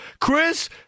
Chris